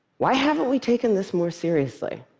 why haven't we taken this more seriously?